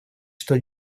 что